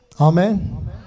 Amen